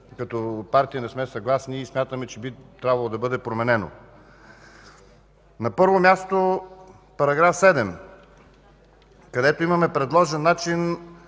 като партия не сме съгласни и смятаме, че трябва да бъде променено. На първо място, § 7, където имаме предложен начин